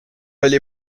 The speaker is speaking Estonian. oli